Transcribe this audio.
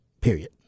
period